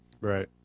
right